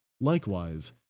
Likewise